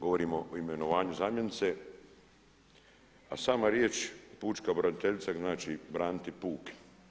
Govorimo o imenovanju zamjenice, a sama riječ pučka pravobraniteljica znači braniti puk.